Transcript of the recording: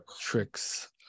tricks